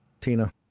Tina